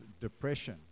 depression